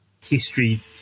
history